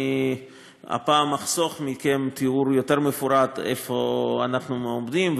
הפעם אחסוך מכם תיאור יותר מפורט איפה אנחנו עומדים,